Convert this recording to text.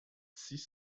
six